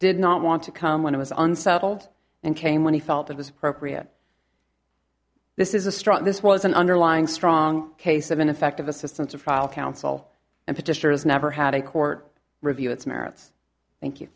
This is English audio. did not want to come when it was unsettled and came when he felt it was appropriate this is a strong this was an underlying strong case of ineffective assistance of counsel and petitioner has never had a court review its merits thank you